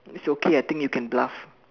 it's okay I think you can bluff